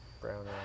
brown